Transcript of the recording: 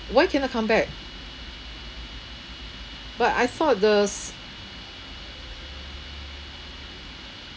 why cannot come back but I thought the